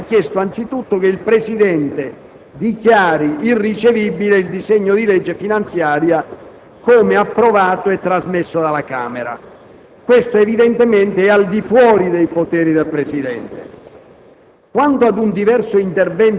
Nella lettera, il senatore Fruscio ha chiesto anzitutto che il Presidente dichiari irricevibile il disegno di legge finanziaria come approvato e trasmesso dalla Camera. Questo evidentemente è al di fuori dei poteri del Presidente.